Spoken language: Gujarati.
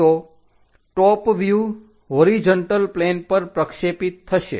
તો ટોપ વ્યુહ હોરીજન્ટલ પ્લેન પર પ્રક્ષેપિત થશે